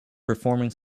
performing